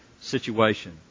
Situation